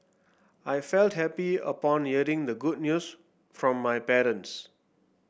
I felt happy upon hearing the good news from my parents